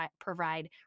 provide